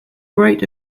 great